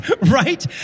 right